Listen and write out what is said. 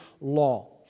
law